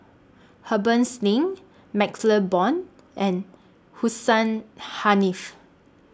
Harbans Ning MaxLe Blond and Hussein Haniff